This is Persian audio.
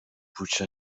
کوچه